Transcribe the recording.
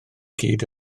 gyd